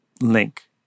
link